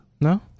No